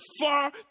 far